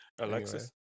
Alexis